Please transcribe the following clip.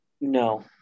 No